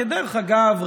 דרך אגב,